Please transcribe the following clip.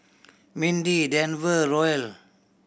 Mindy Denver Roel